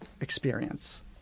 experience